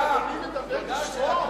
מדבר בשמו?